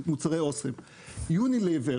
יוניליבר